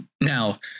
Now